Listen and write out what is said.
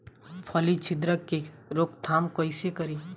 फली छिद्रक के रोकथाम कईसे करी?